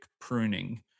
pruning